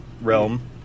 realm